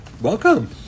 welcome